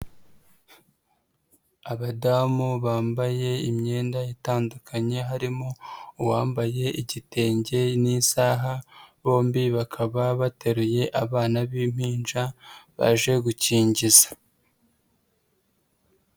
Abadamu bambaye imyenda itandukanye, harimo uwambaye igitenge n'isaha, bombi bakaba bateruye abana b'impinja, baje gukingiza.